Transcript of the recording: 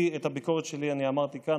את הביקורת שלי אני אמרתי כאן,